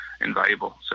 invaluable